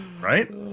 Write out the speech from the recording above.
Right